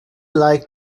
like